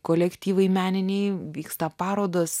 kolektyvai meniniai vyksta parodos